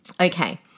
Okay